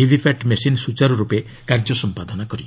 VVPAT machine ସୁଚାରୁର୍ପେ କାର୍ଯ୍ୟ ସମ୍ପାଦନ କରିଛି